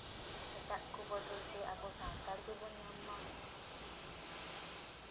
ᱮᱴᱟᱠ ᱠᱚ ᱵᱚᱫᱚᱞ ᱛᱮ ᱟᱵᱚ ᱥᱟᱱᱛᱟᱲ ᱜᱮᱵᱚᱱ ᱧᱟᱢᱼᱢᱟ